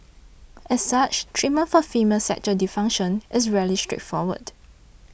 as such treatment for female sexual dysfunction is rarely straightforward